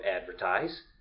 advertise